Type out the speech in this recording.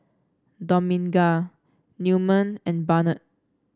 Dominga Newman and Barnett